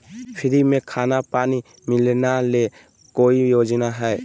Free में खाना पानी मिलना ले कोइ योजना हय?